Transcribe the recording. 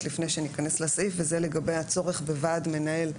לפני שניכנס לסעיף וזה לגבי הצורך בוועד מנהל.